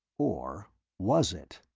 or was it?